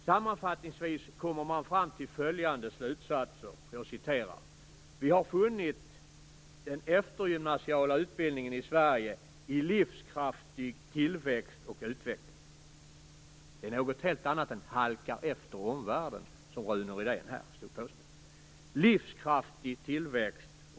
Sammanfattningsvis kommer man fram till följande slutsatser: Vi har funnit den eftergymnasiala utbildningen i Sverige i livskraftig tillväxt och utveckling. Det är någonting helt annat än att halka efter omvärlden, som Rune Rydén påstod att vi gör.